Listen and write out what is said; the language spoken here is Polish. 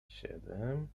siedem